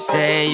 Say